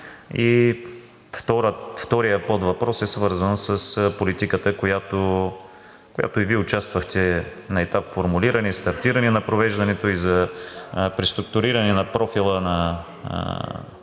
И вторият подвъпрос е свързан с политиката, в която и Вие участвахте на етап формулиране, стартиране на провеждането и за преструктуриране на профила на